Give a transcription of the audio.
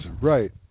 right